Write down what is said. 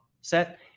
set